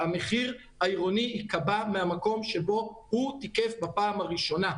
המחיר העירוני ייקבע מהמקום שבו הוא תיקף בפעם הראשונה.